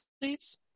please